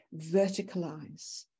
verticalize